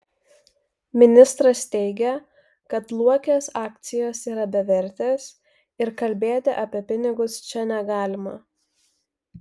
ministras teigė kad luokės akcijos yra bevertės ir kalbėti apie pinigus čia negalima